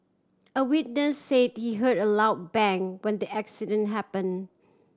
a witness say she heard a loud bang when the accident happen